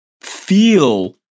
feel